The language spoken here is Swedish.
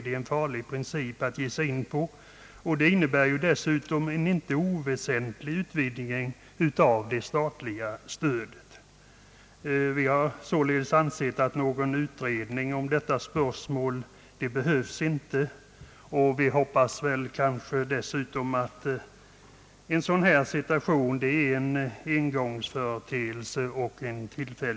Det skulle dessutom innebära en inte oväsentlig utvidgning av det statliga stödet. Vi har således ansett att en utredning om detta spörsmål inte är nödvändig. Vi hoppas dessutom att en sådan här situation är en engångsföreteelse. Herr talman!